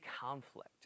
conflict